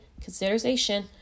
consideration